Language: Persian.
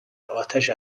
آتش